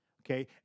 Okay